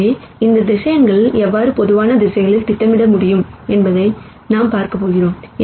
எனவே இந்த வெக்டார்களை எவ்வாறு பொதுவான திசைகளில் திட்டமிட முடியும் என்பதை நாம் பார்க்கப் போகிறோம்